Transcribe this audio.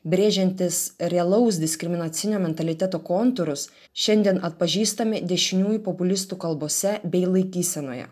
brėžiantys realaus diskriminacinio mentaliteto kontūrus šiandien atpažįstami dešiniųjų populistų kalbose bei laikysenoje